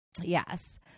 Yes